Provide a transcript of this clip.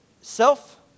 Self